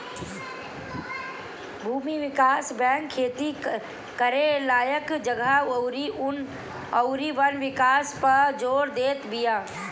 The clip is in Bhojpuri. भूमि विकास बैंक खेती करे लायक जगह अउरी वन विकास पअ जोर देत बिया